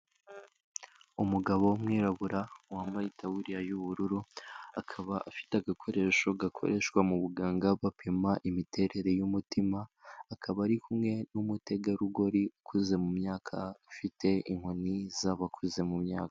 Umugabo w'umwirabura, wambaye itaburiya y'ubururu, akaba afite agakoresho gakoreshwa mu buganga bapima imiterere y'umutima, akaba ari kumwe n'umutegarugori ukuze mu myaka, ufite inkoni z'abakuze mu myaka.